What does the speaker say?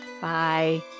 bye